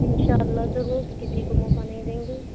ان شاء اللہ ضرور کسی کو موقع نہیں دیں گے